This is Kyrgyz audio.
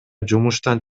жумуштан